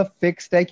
fixed